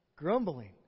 Grumbling